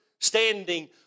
standing